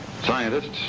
Scientists